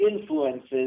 influences